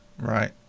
Right